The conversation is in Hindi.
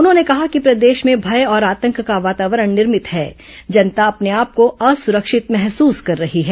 उन्होंने कहा कि प्रदेश में भय और आतंक का वातावरण निर्मित है जनता अपने आप को असुरक्षित महसूस कर रही है